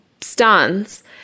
stance